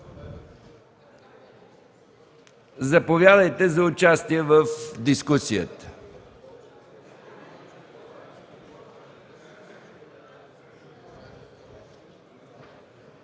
Заповядайте за участие в дискусията.